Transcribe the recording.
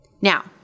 Now